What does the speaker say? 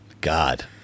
God